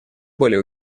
более